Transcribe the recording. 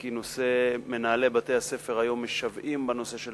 כי נושא, מנהלי בתי-הספר היום משוועים בנושא של